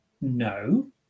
no